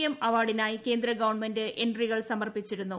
M അവാർഡിനായി കേന്ദ്ര government എൻട്രികൾ സമർപ്പിച്ചിരുന്നു